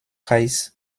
heißt